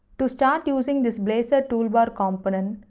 to start using this blazor toolbar component,